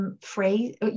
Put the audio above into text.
phrase